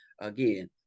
again